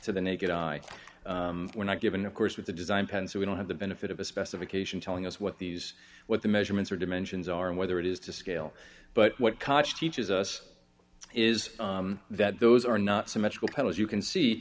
to the naked eye we're not given of course with the design pattern so we don't have the benefit of a specification telling us what these what the measurements are dimensions are and whether it is to scale but what college teachers us is that those are not symmetrical panels you can see